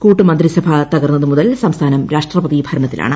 കൂട്ടുമന്ത്രിസഭ തകർന്നതു മുതൽ സംസ്ഥാനം രാഷ്ട്രപതി ഭരണത്തിലാണ്